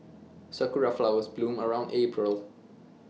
Sakura Flowers bloom around April